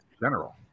general